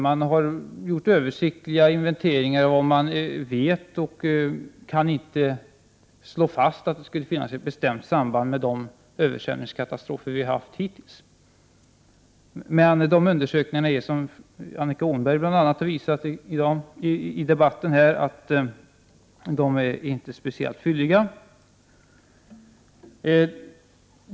Man har gjort översiktliga inventeringar av vad man vet och kan inte slå fast att det skulle finnas ett bestämt samband mellan dessa faktorer och de översvämningskatastrofer som vi hittills har haft. Men de undersökningarna är, som bl.a. Annika Åhnberg har visat i debatten i dag, inte speciellt fylliga.